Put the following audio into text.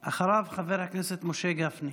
ואחריו, חבר הכנסת משה גפני.